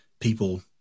people